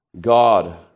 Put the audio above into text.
God